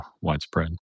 widespread